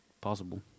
possible